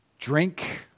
drink